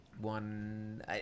one